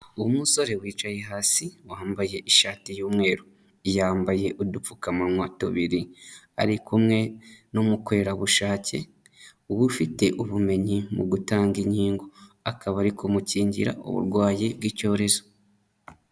Umusore wicaye hasi wambaye ishati y'umweru, yambaye udupfukamunwa tubiri ari kumwe n'umukorerabushake, ubafite ubumenyi mu gutanga inkingo, akaba ari kumukingira uburwayi bw'icyorezo.